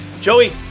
Joey